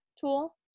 tool